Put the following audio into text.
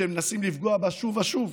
שמנסים לפגוע בה שוב ושוב.